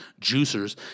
juicers